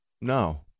no